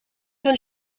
van